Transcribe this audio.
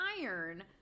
iron